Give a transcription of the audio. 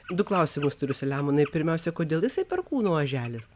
du klausimus turiu selemonai pirmiausia kodėl jisai perkūno oželis